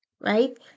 right